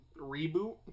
reboot